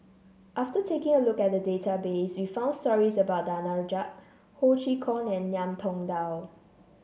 after taking a look at the database we found stories about Danaraj Ho Chee Kong and Ngiam Tong Dow